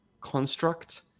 construct